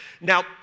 Now